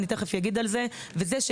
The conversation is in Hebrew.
מבחינתי,